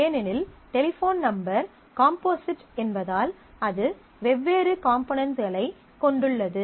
ஏனெனில் telephone number composite என்பதால் அது வெவ்வேறு காம்போனென்ட்ஸ்களைக் கொண்டுள்ளது